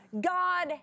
God